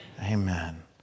Amen